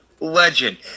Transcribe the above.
legend